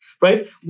right